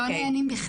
כי הם לא נענים בכלל.